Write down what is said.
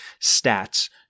stats